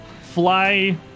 fly